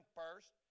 first